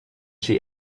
she